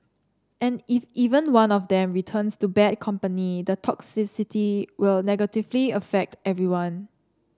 and if even one of them returns to bad company the toxicity will negatively affect everyone